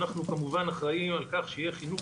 אנחנו כמובן אחראים על כך שיהיה חינוך